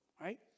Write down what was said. right